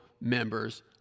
members